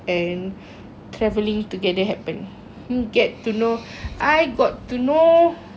and travelling together happen you get to know I got to know